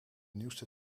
nieuwste